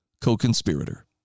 co-conspirator